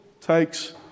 takes